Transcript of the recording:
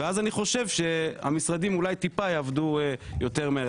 ואז אני חושב שהמשרדים אולי טיפה יעבדו יותר מהר.